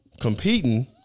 competing